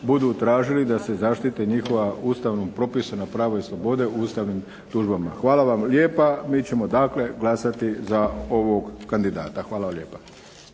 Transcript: budu tražili da se zaštite njihova Ustavom propisana prava i slobode u ustavnim tužbama. Hvala vam lijepa. Mi ćemo dakle glasati za ovog kandidata. Hvala lijepa.